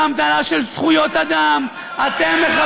באמתלה של זכויות אדם, אתם,